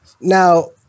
Now